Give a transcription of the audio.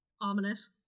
ominous